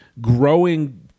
growing